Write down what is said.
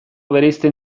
bereizten